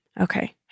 Okay